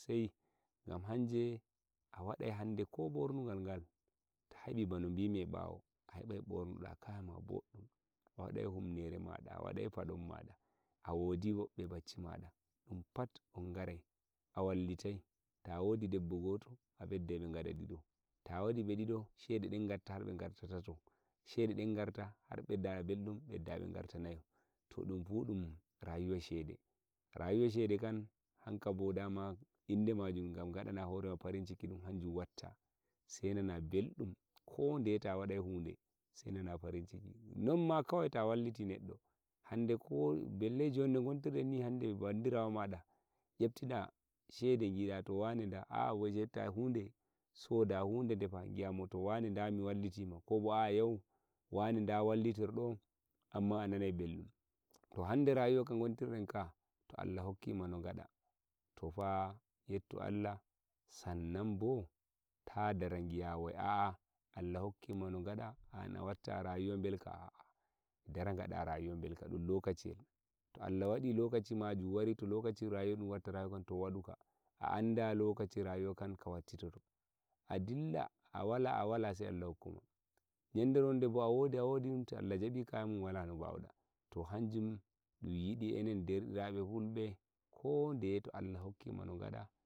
gam hanje a waɗai ko bornugal ta heɓi bano gimi e ɓawo a heɓai borno ɗa kayama boɗɗun a waɗai humnere maɗa a waɗai paɗon maɗa a wodi wobɓe bacci maɗa wubɓe umpat on garai a wallitai ta wodi debo goto a ɓeddai ɓe gaɗa ɗiɗo ta wodi ɓe ɗiɗo shede ɗen gatta ɓe garta tato shede ɗen gatta ɗe garta nayo to ɗun fu ɗun rayuwa shede rayuwa shede kam hanka bo dama inde majun gamma gaɗana hore ma farinciki ɗum hanjum watta sai nana belɗum ko deye ta waɗe ta waɗai hude sai nana farinciki non ma kawai ta walliti nodɗo hande jon balle no gontir ɗen ni hande bandirawo maɗa wurtina shede yima waneda yau shoda huɗe defa da mi walliti ma kobo yau wane da wallitir ɗo amma a nanai belɗum toh hande rayuwa ka gontirɗen ka to allah hokkima no gaɗa tofa yettu allah sannan bo ta dara giya wai a a allah hokkima no gaɗa an a watta rayuwa belka a a dara gaɗa rayuwa belka ɗun lokaciyel to allah waɗi lokaci majun wari to lolaci ɗun watta rayuwa kan to waɗu ka a anda lokaci rayuwa kan ka wattitoto a dilla a wala a wala sai allah hokkuma ƴandere wonde a wodi a wodi to allah jaɓi kaya mun wala no bawuɗa to hanjum ɗum yiɗi enen derdiraɓe fulɓe ko deye to allah hokkima no gaɗa